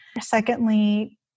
Secondly